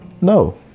No